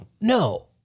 no